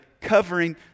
covering